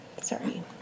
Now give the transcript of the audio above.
sorry